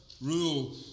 rule